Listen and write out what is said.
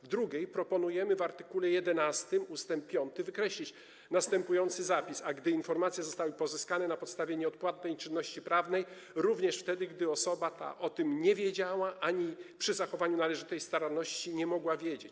W drugiej poprawce proponujemy w art. 11 ust. 5 wykreślić następujący zapis: a gdy informacje zostały pozyskane na podstawie nieodpłatnej czynności prawnej, również wtedy, gdy osoba ta o tym nie wiedziała ani przy zachowaniu należytej staranności nie mogła wiedzieć.